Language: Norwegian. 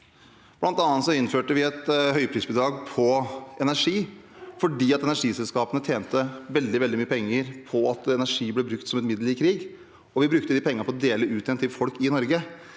bl.a. innførte vi et høyprisbidrag på energi, fordi energiselskapene tjente veldig, veldig mye penger på at energi ble brukt som et middel i krig. Vi brukte de pengene til å dele ut igjen til folk i Norge.